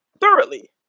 thoroughly